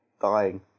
dying